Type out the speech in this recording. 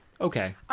okay